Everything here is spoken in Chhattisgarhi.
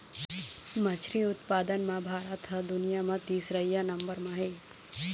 मछरी उत्पादन म भारत ह दुनिया म तीसरइया नंबर म आहे